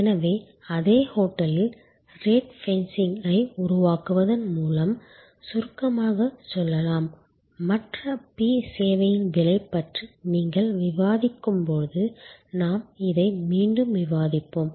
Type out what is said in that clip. எனவே அதே ஹோட்டலில் ரேட் ஃபென்சிங்கை உருவாக்குவதன் மூலம் சுருக்கமாகச் சொல்லலாம் மற்ற P சேவையின் விலை பற்றி நீங்கள் விவாதிக்கும்போது நாம் இதை மீண்டும் விவாதிப்போம்